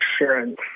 insurance